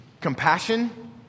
compassion